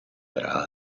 era